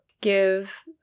give